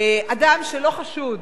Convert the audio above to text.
אדם שלא חשוד